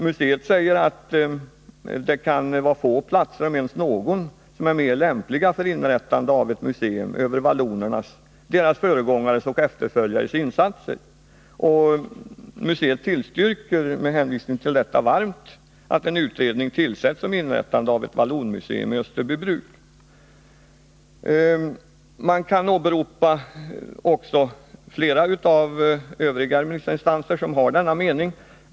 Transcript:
Museet säger att få platser, om ens någon, är mer lämpliga för inrättande av ett museum över vallonernas, deras föregångares och efterföljares insatser. Med hänvisning till detta tillstyrker museet varmt att en utredning tillsätts om inrättande av ett vallonmuseum i Österbybruk. Man kan även åberopa flera av de övriga remissinstanserna som har denna mening.